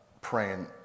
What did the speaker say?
praying